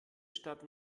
stadt